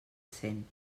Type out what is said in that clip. cent